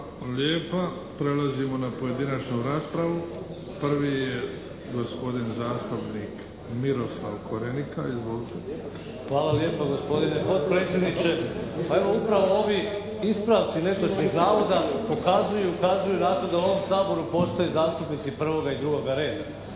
lijepa. Prelazimo na pojedinačnu raspravu. Prvi je gospodin zastupnik Miroslav Korenika. Izvolite. **Korenika, Miroslav (SDP)** Hvala lijepa gospodine potpredsjedniče. Pa evo upravo ovi ispravci netočnih navoda pokazuju i ukazuju na to da u ovom Saboru postoje zastupnici prvoga i drugoga reda.